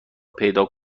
پیدا